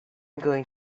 going